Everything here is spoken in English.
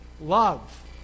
love